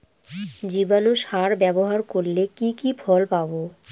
জীবাণু সার ব্যাবহার করলে কি কি ফল পাবো?